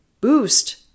boost